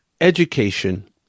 Education